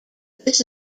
this